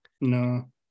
No